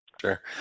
Sure